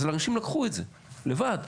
אז אנשים לקחו את זה, לבד.